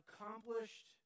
accomplished